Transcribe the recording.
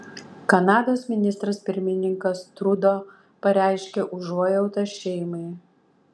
kanados ministras pirmininkas trudo pareiškė užuojautą šeimai